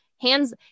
hands